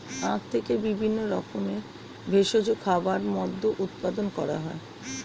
আখ থেকে বিভিন্ন রকমের ভেষজ খাবার, মদ্য উৎপাদন করা হয়